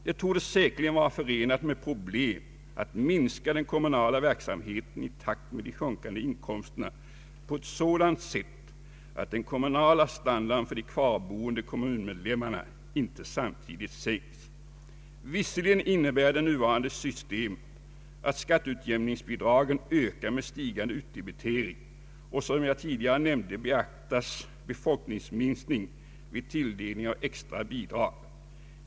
Det torde säkerligen vara förenat med problem att minska den kommunala verksamheten i takt med de sjunkande inkomsterna på ett sådant sätt att den kommunala standarden för de kvarboende kommunmedlemmarna inte samtidigt sänks. Visserligen innebär det nuvarande systemet att skatteutjämningsbidragen ökar med stigande utdebitering, och som jag tidigare nämnde beaktas befolkningsminskning vid tilldelning av extra bidrag.